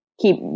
keep